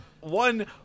One